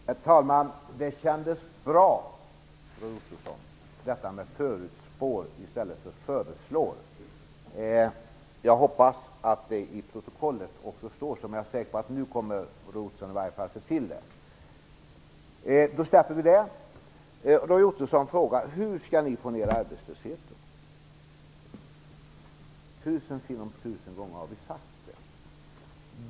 Herr talman! Det kändes bra att Roy Ottosson sade "förutspår" i stället för "föreslår". Jag hoppas att det i protokollet också står så. Jag är säker på att Roy Ottosson i varje fall kommer att se till det. Då släpper vi det. Roy Ottosson frågar hur Socialdemokraterna skall få ned arbetslösheten. Tusen sinom tusen gånger har vi sagt det.